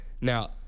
Now